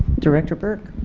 director burke?